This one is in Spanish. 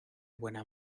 buena